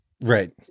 Right